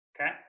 Okay